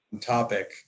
topic